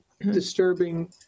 disturbing